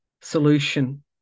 solution